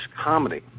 comedy